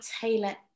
tailor